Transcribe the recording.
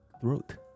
throat